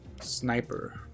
sniper